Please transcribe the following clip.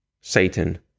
Satan